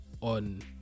on